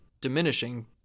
diminishing